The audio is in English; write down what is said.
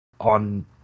on